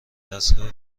دستگاه